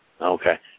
Okay